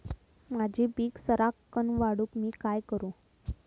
माझी पीक सराक्कन वाढूक मी काय करू?